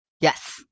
yes